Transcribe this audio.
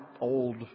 old